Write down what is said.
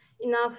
enough